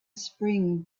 spring